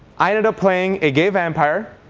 i ended up playing a gay vampire,